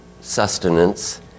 sustenance